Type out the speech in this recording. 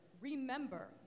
remember